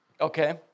Okay